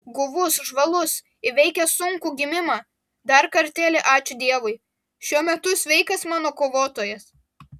guvus žvalus įveikęs sunkų gimimą dar kartelį ačiū dievui šiuo metu sveikas mano kovotojas